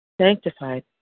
sanctified